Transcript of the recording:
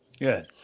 good